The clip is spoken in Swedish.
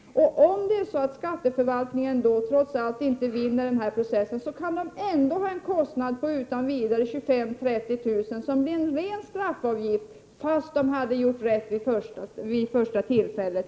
Om skatteförvaltningen trots allt inte vinner en sådan process, kan dessa deklaranter ändå utan vidare ha kostnader på 25 000-30 000 kr., som blir en ren straffavgift, fast de hade gjort rätt redan vid det första tillfället.